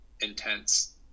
intense